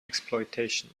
exploitation